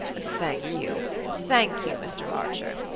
thank you thank you, mr. archer.